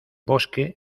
bosque